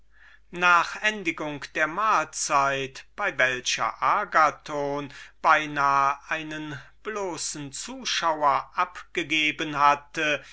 nach endigung der mahlzeit bei welcher agathon beinahe einen bloßen zuschauer abgegeben hatte